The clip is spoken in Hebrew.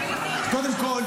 קודם כול,